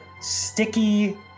sticky